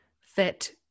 fit